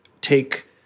take